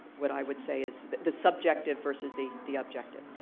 what i would say is the subjective versus the the objective.